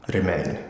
Remain